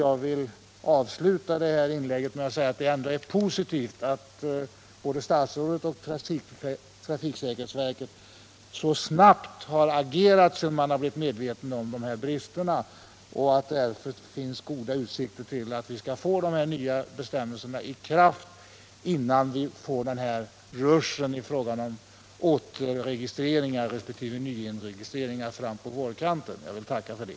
Jag vill avsluta det här inlägget med att säga att det ändå är positivt att både statsrådet och trafiksäkerhetsverket så snabbt har agerat sedan man blivit medveten om dessa brister. Därför finns det goda utsikter till att de nya bestämmelserna skall träda i kraft innan vi får ruschen i fråga om återregistreringar resp. nyregistreringar på vårkanten. Jag vill tacka för det.